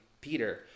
Peter